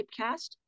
typecast